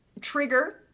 trigger